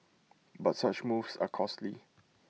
but such moves are costly